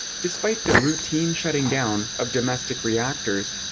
despite the routine shutting down of domestic reactors,